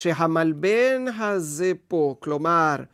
שהמלבן הזה פה, כלומר